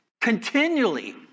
continually